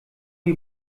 die